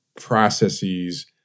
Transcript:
processes